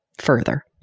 further